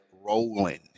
rolling